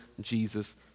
Jesus